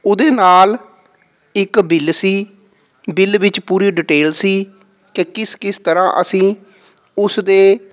ਉਹਦੇ ਨਾਲ ਇੱਕ ਬਿੱਲ ਸੀ ਬਿੱਲ ਵਿੱਚ ਪੂਰੀ ਡਿਟੇਲ ਸੀ ਕਿ ਕਿਸ ਕਿਸ ਤਰ੍ਹਾਂ ਅਸੀਂ ਉਸ ਦੇ